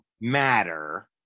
matter